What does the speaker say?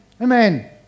Amen